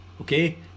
okay